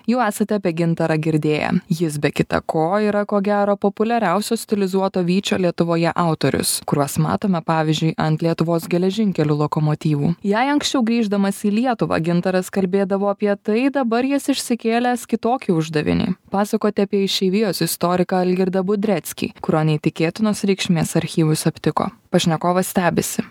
jau esate apie gintarą girdėję jis be kita ko yra ko gero populiariausios stilizuoto vyčio lietuvoje autorius kuriuos matome pavyzdžiui ant lietuvos geležinkelių lokomotyvų jei anksčiau grįždamas į lietuvą gintaras kalbėdavo apie tai dabar jis išsikėlęs kitokį uždavinį pasakoti apie išeivijos istoriko algirdą budreckį kurio neįtikėtinos reikšmės archyvus aptiko pašnekovas stebisi